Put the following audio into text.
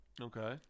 Okay